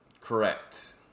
Correct